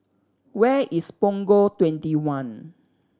where is Punggol Twenty one